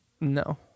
No